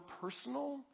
personal